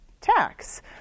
tax